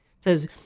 says